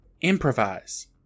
Improvise